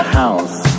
house